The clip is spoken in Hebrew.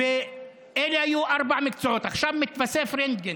אלה היו ארבעה מקצועות, ועכשיו מתווסף רנטגן.